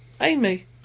Amy